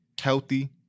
healthy